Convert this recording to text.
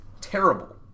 terrible